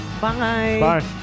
Bye